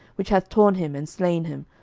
which hath torn him, and slain him,